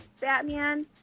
Batman